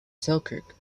selkirk